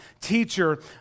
teacher